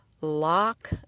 lock